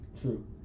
True